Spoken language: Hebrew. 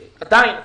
עדיין,